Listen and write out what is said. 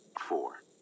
Four